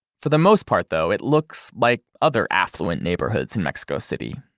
for the most part, though, it looks like other affluent neighborhoods in mexico city,